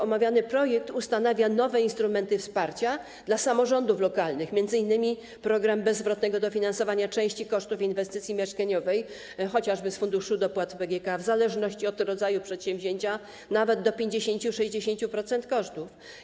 Omawiany projekt ustanawia nowe instrumenty wsparcia dla samorządów lokalnych, m.in. program bezzwrotnego dofinansowania części kosztów inwestycji mieszkaniowej chociażby z Funduszu Dopłat BGK, w zależności od rodzaju przedsięwzięcia nawet w wysokości 50–60% kosztów.